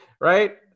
right